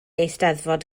eisteddfod